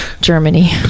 Germany